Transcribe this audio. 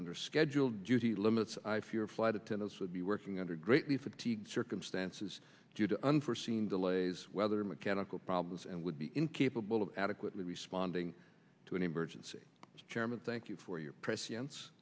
under scheduled duty limits if your flight attendants would be working under greatly fatigued circumstances due to unforeseen delays weather mechanical problems and would be incapable of adequately responding to an emergency as chairman thank you for your pre